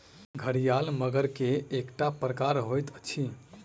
घड़ियाल मगर के एकटा प्रकार होइत अछि